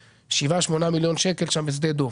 7-8 שקלים שם בשדה דב.